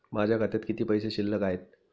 माझ्या खात्यात किती पैसे शिल्लक आहेत?